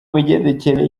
migendekere